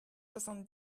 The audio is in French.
soixante